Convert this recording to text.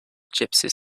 gypsies